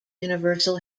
universal